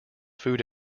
food